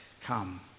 come